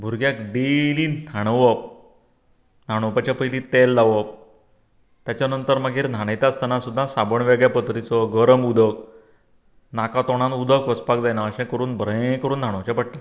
भुरग्यांक डेली न्हाणवप न्हाणोवपाच्या पयली तेल लावप ताच्या नंतर मागीर न्हणयता आसतना सुद्दां साबण वेगळें पध्दतीचो गरम उदक नाका तोंडात उदक वचपाक जायना अशें करुन बरें न्हाणोवचे पडटा